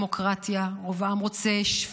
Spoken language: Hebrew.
רוב העם רוצה דמוקרטיה,